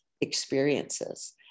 experiences